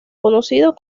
conocidos